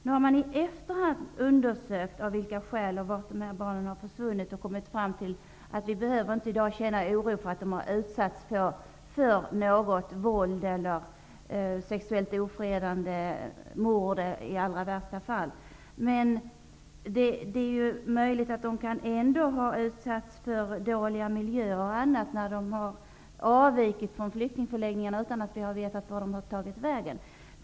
Nu har man i efterhand undersökt av vilka skäl barnen har försvunnit och kommit fram till att vi i dag inte behöver känna oro för att de har utsatts för något våld, sexuellt ofredande eller i allra värsta fall mord. Det är möjligt att de ändå har utsatts för dåliga miljöer när de har avvikit från flyktingförläggningarna utan att vi har vetat vart de har tagit vägen.